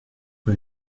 rue